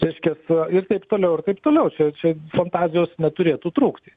reiškias ir taip toliau ir taip toliau čia čia fantazijos neturėtų trūkti